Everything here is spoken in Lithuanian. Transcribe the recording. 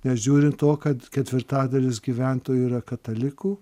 nežiūrint to kad ketvirtadalis gyventojų yra katalikų